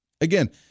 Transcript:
Again